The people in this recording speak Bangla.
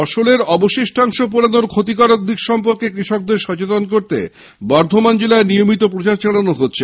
ফসলের অবশিষ্টাংশ পোড়ানোর ক্ষতিকর দিক সম্পর্কে কৃষকদের সচেতন করতে বর্ধমান জেলায় নিয়মিত প্রচার চালানো হচ্ছে